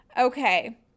Okay